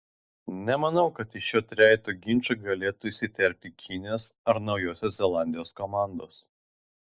nemanau kad į šio trejeto ginčą galėtų įsiterpti kinijos ar naujosios zelandijos komandos